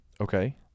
Okay